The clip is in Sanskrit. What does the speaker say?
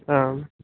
आम्